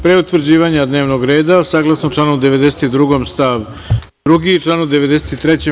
Pre utvrđivanja dnevnog reda sednice, saglasno članu 92. stav 2. i članu 93.